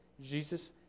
Jesus